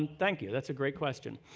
and thank you. that's a great question.